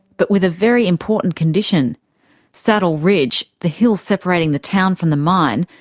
but with a very important condition saddle ridge, the hill separating the town from the mine,